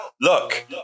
Look